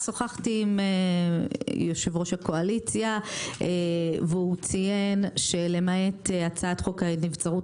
שוחחתי עם יושב ראש הקואליציה והוא ציין שלמעט הצעת חוק הנבצרות,